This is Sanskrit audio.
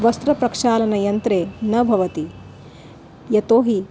वस्त्रप्रक्षालनयन्त्रे न भवति यतोहि